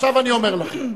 עכשיו אני אומר לכם,